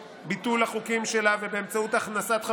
אתם פוגעים במדינה,